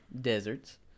deserts